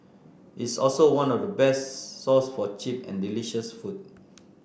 it's also one of the best source for cheap and delicious food